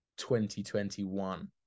2021